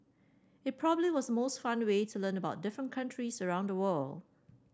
it probably was most fun way to learn about different countries round the world